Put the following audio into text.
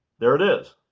there it is!